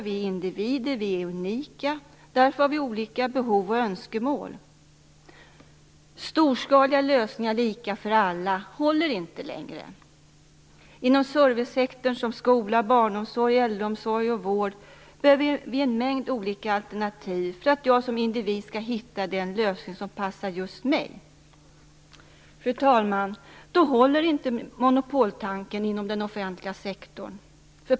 Vi är individer, och vi är unika. Därför har vi olika behov och önskemål. Storskaliga lösningar som är lika för alla håller inte längre. Inom servicesektorn som skola, barnomsorg, äldreomsorg och vård behöver vi en mängd olika alternativ för att jag som individ skall hitta den lösning som passar just mig. Fru talman! Då håller inte monopoltanken inom den offentliga sektorn.